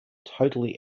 totally